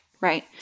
Right